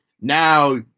Now